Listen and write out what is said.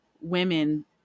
women